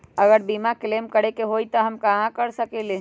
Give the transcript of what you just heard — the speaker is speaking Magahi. अगर बीमा क्लेम करे के होई त हम कहा कर सकेली?